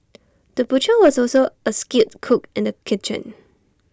the butcher was also A skilled cook in the kitchen